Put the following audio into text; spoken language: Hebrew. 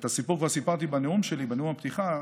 את הסיפור כבר סיפרתי בנאום שלי, בנאום הפתיחה.